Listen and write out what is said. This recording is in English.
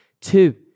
two